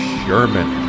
Sherman